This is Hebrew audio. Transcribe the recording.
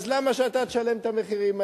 אז למה שאתה תשלם את המחירים האלה?